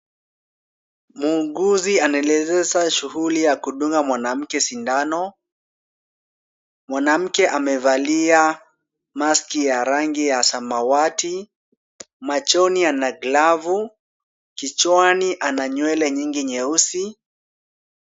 Muuguzi anaendeleza shughuli ya kudunga mwanamke sindano. Mwanamke amevalia mask ya rangi ya samawati, mikononi ana glavu, kichwani ana nywele nyingi nyeusi.